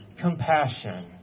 compassion